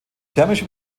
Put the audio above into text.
thermische